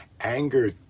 anger